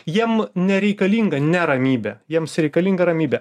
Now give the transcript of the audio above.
jiem nereikalinga neramybė jiems reikalinga ramybė